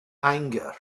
anger